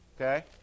Okay